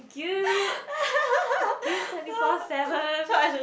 guilt guilt twenty four seven